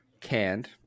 canned